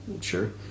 Sure